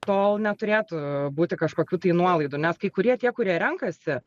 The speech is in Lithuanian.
tol neturėtų būti kažkokių tai nuolaidų nes kai kurie tie kurie renkasi